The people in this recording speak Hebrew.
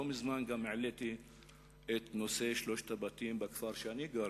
לא מזמן גם העליתי את נושא שלושת הבתים בכפר שאני גר,